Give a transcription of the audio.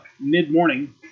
mid-morning